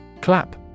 Clap